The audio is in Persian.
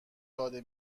داده